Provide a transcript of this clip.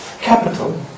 capital